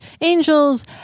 angels